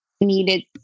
needed